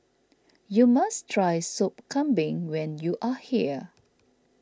you must try Sop Kambing when you are here